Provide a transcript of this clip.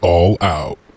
All-Out